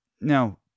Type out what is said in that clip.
Now